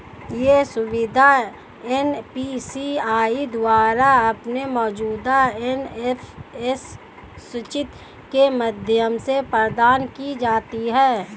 यह सुविधा एन.पी.सी.आई द्वारा अपने मौजूदा एन.एफ.एस स्विच के माध्यम से प्रदान की जाती है